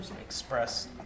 express